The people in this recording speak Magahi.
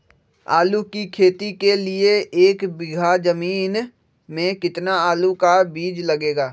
आलू की खेती के लिए एक बीघा जमीन में कितना आलू का बीज लगेगा?